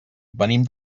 venim